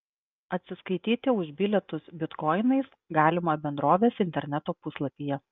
atsiskaityti už bilietus bitkoinais galima bendrovės interneto puslapyje